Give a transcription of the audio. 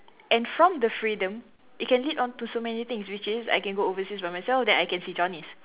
and from the freedom it can lead on to so many things which is I can go overseas by myself then I can see Johnny's